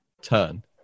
turn